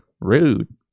Rude